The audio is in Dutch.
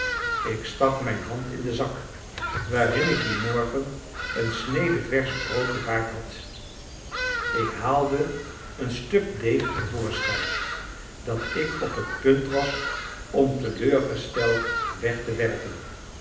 ik stak mijn hand in den zak waarin ik dien morgen een snede versch brood bewaard had ik haalde een stuk deeg te voorschijn dat ik op het punt was om teleurgesteld weg te werpen